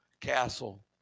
castle